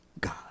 God